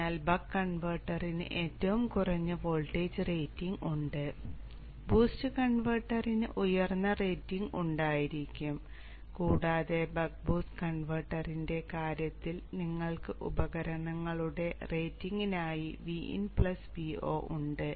അതിനാൽ ബക്ക് കൺവെർട്ടറിന് ഏറ്റവും കുറഞ്ഞ വോൾട്ടേജ് റേറ്റിംഗ് ഉണ്ട് BOOST കൺവെർട്ടറിന് ഉയർന്ന റേറ്റിംഗ് ഉണ്ടായിരിക്കും കൂടാതെ ബക്ക് ബൂസ്റ്റ് കൺവെർട്ടറിന്റെ കാര്യത്തിൽ നിങ്ങൾക്ക് ഉപകരണങ്ങളുടെ റേറ്റിംഗായി Vin Vo ഉണ്ട്